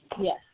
Yes